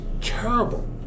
terrible